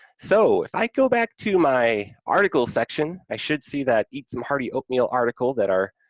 so, if i go back to my article section, i should see that eat some hearty oatmeal article that our